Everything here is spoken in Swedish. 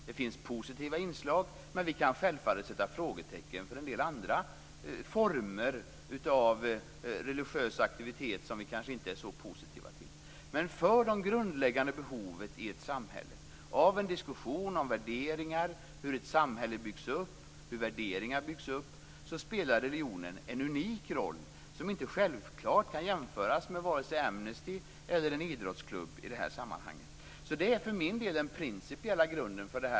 Det finns positiva inslag, men vi kan självfallet sätta frågetecken för en del andra former av religiös aktivitet som vi kanske inte är så positiva till. Men för det grundläggande behovet i ett samhälle av en diskussion om värderingar, hur ett samhälle och värderingar byggs upp spelar religionen en unik roll som inte självklart kan jämföras med vare sig Amnesty eller en idrottsklubb i det här sammanhanget. Det är för min del den principiella grunden.